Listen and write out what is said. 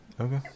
Okay